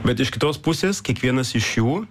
bet iš kitos pusės kiekvienas iš jų